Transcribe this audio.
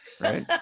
right